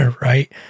right